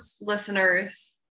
listeners